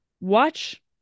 watch